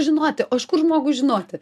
žinoti o iš kur žmogui žinoti